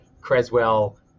Creswell